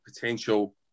potential